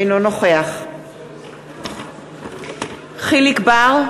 אינו נוכח יחיאל חיליק בר,